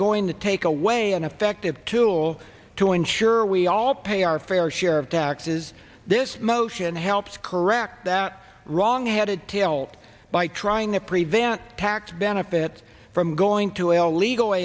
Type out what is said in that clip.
going to take away an effective tool to ensure we all pay our fair share of taxes this motion helps correct that wrong headed to help by trying to prevent tax benefits from going to illegal